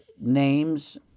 names